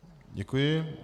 Děkuji.